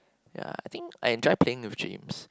ya I think I enjoy playing with James